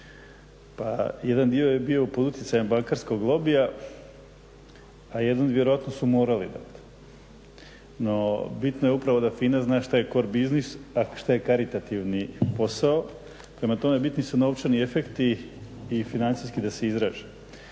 pa jedan dio je bio pod utjecajem bankarskog lobija a jedan dio vjerojatno su morali dati, no bitno je upravo da FINA zna što je cor biznis a šta je karitativni posao, prema tome bitni su novčani efekti i financijski da se izraze.